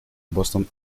boston